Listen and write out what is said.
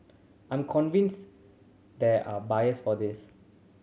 I'm convinced there are buyers for this